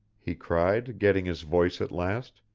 he cried getting his voice at last.